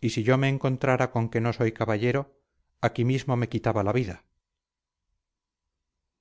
y si yo me encontrara con que no soy caballero aquí mismo me quitaba la vida